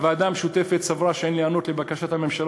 הוועדה המשותפת סברה שאין להיענות לבקשת הממשלה